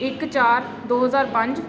ਇੱਕ ਚਾਰ ਦੋ ਹਜ਼ਾਰ ਪੰਜ